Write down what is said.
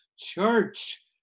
Church